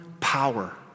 power